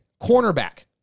cornerback